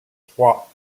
trois